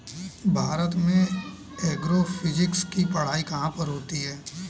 भारत में एग्रोफिजिक्स की पढ़ाई कहाँ पर होती है?